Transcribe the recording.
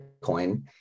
Bitcoin